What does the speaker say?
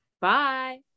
bye